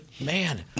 man